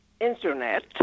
Internet